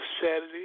Saturday